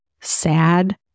sad